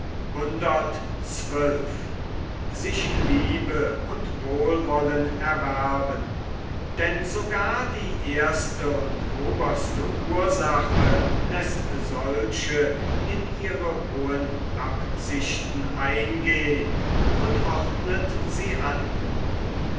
denn sogar die erste und oberste ursache läßt solche in ihre hohen absichten eingehn und ordnet sie an